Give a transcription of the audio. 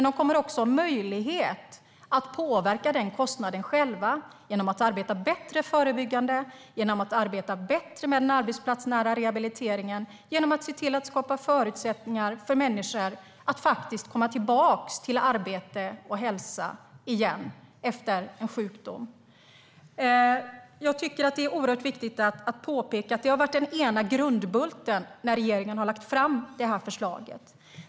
De kommer att få möjlighet att påverka kostnaden själva genom att arbeta bättre förebyggande, genom att arbeta bättre med den arbetsplatsnära rehabiliteringen samt genom att skapa förutsättningar för människor att komma tillbaka till arbete och hälsa igen efter en sjukdom. Det är oerhört viktigt att påpeka att detta har varit den ena grundbulten i regeringens förslag.